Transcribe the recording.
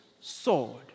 sword